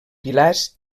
pilars